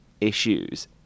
issues